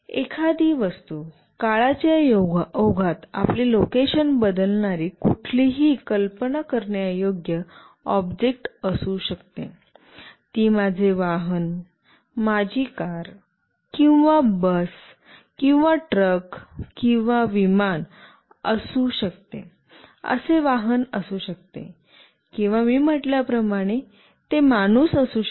एखादी वस्तू काळाच्या ओघात आपले लोकेशन बदलणारी कुठलीही कल्पना करण्यायोग्य ऑब्जेक्ट असू शकते ती माझे वाहन माझी कार किंवा बस किंवा ट्रक किंवा विमान असू शकते असे वाहन असू शकते किंवा मी म्हटल्याप्रमाणे ते माणूस असू शकते